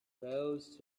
close